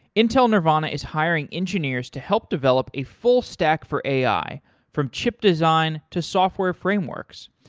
intel nervana is hiring engineers to help develop a full stack for ai from chip design to software frameworks.